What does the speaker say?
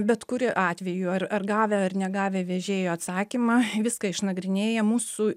bet kuri atveju ar ar gavę ar negavę vežėjo atsakymą viską išnagrinėja mūsų